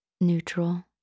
neutral